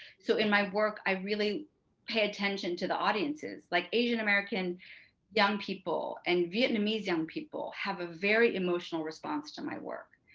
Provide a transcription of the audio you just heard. so in my work i really pay attention to the audiences like asian american young people and vietnamese young people have a very emotional response to my work,